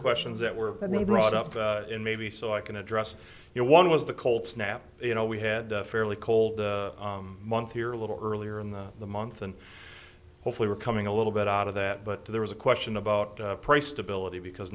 questions that were really brought up in maybe so i can address here one was the cold snap you know we had a fairly cold month here a little earlier in the the month and hopefully we're coming a little bit out of that but there was a question about price stability because